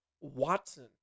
Watson